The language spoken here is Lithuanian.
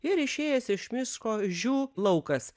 ir išėjęs iš misško žiū laukas